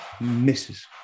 misses